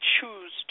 choose